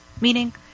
Meaning